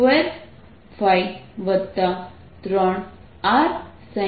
જે F